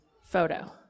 photo